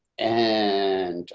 and